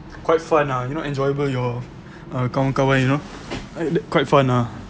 quite fun ah you know enjoyable your ah kawan kawan you know quite fun ah